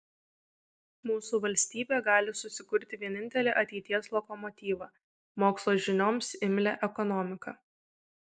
mūsų valstybė gali susikurti vienintelį ateities lokomotyvą mokslo žinioms imlią ekonomiką